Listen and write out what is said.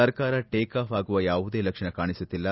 ಸರ್ಕಾರ ಟೇಕಾಫ್ ಆಗುವ ಯಾವುದೇ ಲಕ್ಷಣ ಕಾಣಿಸುತ್ತಿಲ್ಲ